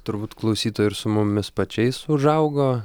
turbūt klausytojai ir su mumis pačiais užaugo